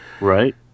Right